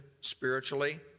spiritually